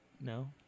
No